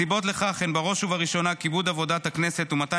הסיבות לכך הן בראש ובראשונה כיבוד עבודת הכנסת ומתן